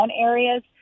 areas